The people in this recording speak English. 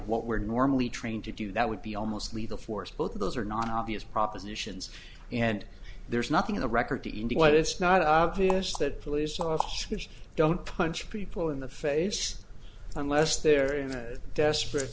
what we're normally trained to do that would be almost lethal force both of those are non obvious propositions and there's nothing in the record to indicate it's not obvious that police officers don't punch people in the face unless they're in a desperate